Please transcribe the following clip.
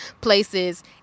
places